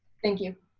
thank you,